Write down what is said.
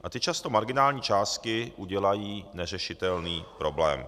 A ty často marginální částky udělají neřešitelný problém.